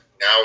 now